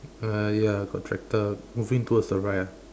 uh ya got tractor moving towards the right ah